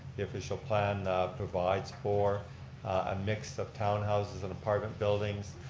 the official plan provides for a mix of townhouses and apartment buildings.